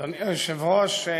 אדוני היושב-ראש,